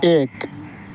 ایک